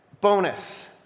bonus